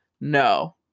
No